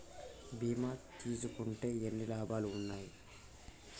బీమా తీసుకుంటే ఎన్ని లాభాలు ఉన్నాయి?